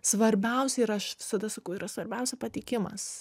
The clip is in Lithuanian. svarbiausia yra aš visada sakau yra svarbiausia pateikimas